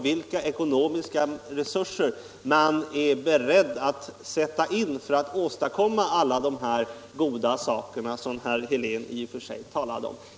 Vilka ekonomiska resurser är man beredd att sätta in för att åstadkomma alla de i och för sig goda saker som herr Helén talade om?